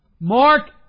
Mark